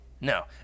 no